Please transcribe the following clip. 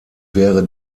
wäre